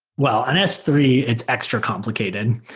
well, in s three, it's extra complicated,